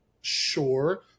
sure